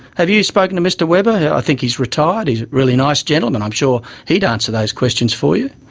have you spoken to mr webber? i think he's retired. he's a really nice gentleman. i'm sure he'd answer those questions for you.